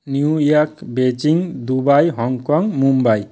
new York Beijing Dubai Hong Kong Mumbai